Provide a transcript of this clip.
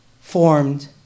formed